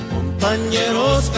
Compañeros